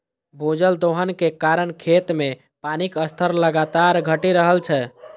भूजल दोहन के कारण खेत मे पानिक स्तर लगातार घटि रहल छै